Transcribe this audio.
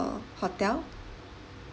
hotel